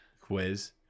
Quiz